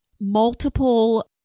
multiple